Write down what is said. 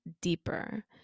Deeper